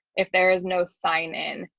if there is no sign in,